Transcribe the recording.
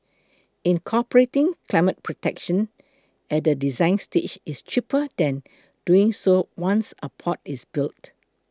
incorporating climate protection at the design stage is cheaper than doing so once a port is built